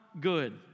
good